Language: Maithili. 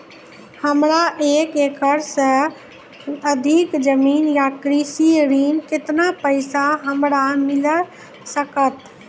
हमरा एक एकरऽ सऽ अधिक जमीन या कृषि ऋण केतना पैसा हमरा मिल सकत?